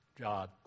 God